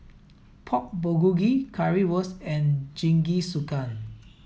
Pork Bulgogi Currywurst and Jingisukan